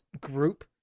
group